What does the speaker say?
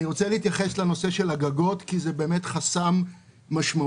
אני רוצה להתייחס לנושא הגגות כי זה באמת חסם משמעותי.